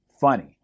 funny